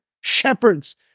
shepherds